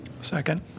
Second